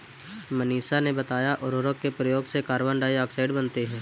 मनीषा ने बताया उर्वरक के प्रयोग से कार्बन डाइऑक्साइड बनती है